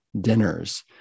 dinners